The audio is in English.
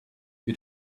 you